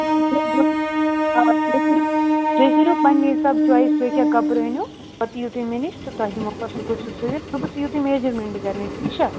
آ تُہۍ کٔرِو تُہۍ کٔرِو پَننہِ حِساب چۄایِس تُہۍ کیٛاہ کپرٕ أنِو پَتہٕ یِیُو تُہۍ مےٚ نِش تہٕ تۄہہِ دِمہو بہٕ اصٕل پٲٹھۍ سُہ سُوِتھ صُبحَس یِیُو تُہۍ میجَرمیٚنٛٹ کرنہِ ٹھیٖک چھا